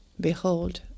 Behold